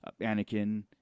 Anakin